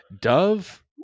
Dove